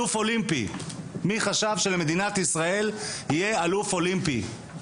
מי חשב שלמדינת ישראל יהיה אלוף אולימפי.